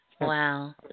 Wow